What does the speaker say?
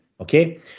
Okay